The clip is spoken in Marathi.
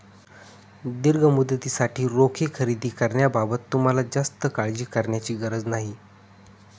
दीर्घ मुदतीसाठी रोखे खरेदी करण्याबाबत तुम्हाला जास्त काळजी करण्याची गरज नाही